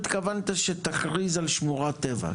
התכוונת שתכריז על שמורת טבע,